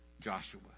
Joshua